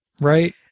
right